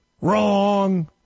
Wrong